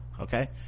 okay